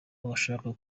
bagashaka